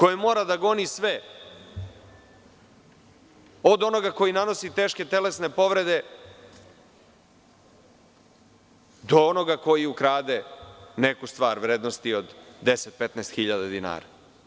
On mora da goni sve od onoga koji nanosi teške telesne povrede do onoga ko ukrade neku stvar vrednosti od 10,15 hiljada dinara.